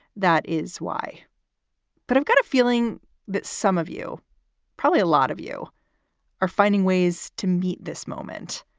that is why but i've got a feeling that some of you probably a lot of you are finding ways to meet this moment.